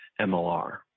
MLR